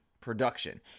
production